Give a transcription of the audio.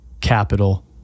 capital